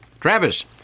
Travis